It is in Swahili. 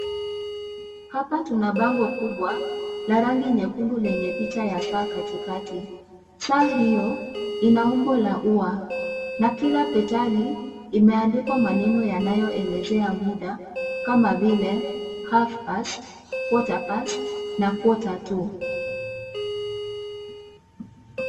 Hapa tuna bango kubwa, la rangi nyekundu lenye picha ya saa katikati, saa hio, ina umbo la ua, na kila petali, imeandikwa maneno yanayo elezea muda, kama vile, (cs)half past, quarter past(cs), na (cs) quarter to(cs).